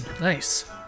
Nice